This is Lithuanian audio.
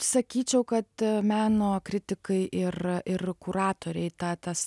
sakyčiau kad meno kritikai ir ir kuratoriai tą tas